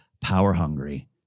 power-hungry